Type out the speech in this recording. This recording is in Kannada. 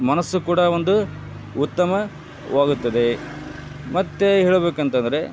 ಮನಸ್ಸು ಕೂಡ ಒಂದು ಉತ್ತಮವಾಗುತ್ತದೆ ಮತ್ತು ಹೇಳ್ಬೇಕಂತಂದರೆ